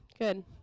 Good